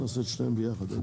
אני רק שואל פה,